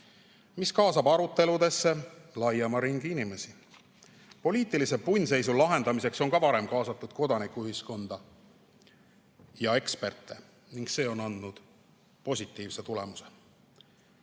mis kaasab aruteludesse laiema ringi inimesi. Poliitilise punnseisu lahendamiseks on ka varem kaasatud kodanikuühiskonda ja eksperte ning see on andnud positiivse tulemuse.